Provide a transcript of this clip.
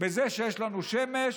בזה שיש לנו שמש,